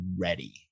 ready